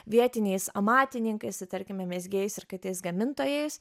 vietiniais amatininkais tai tarkime mezgėjais ir kitais gamintojais